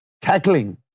tackling